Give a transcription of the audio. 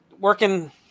working